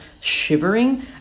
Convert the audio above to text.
shivering